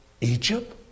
Egypt